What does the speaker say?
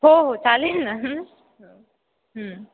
हो हो चालेल ना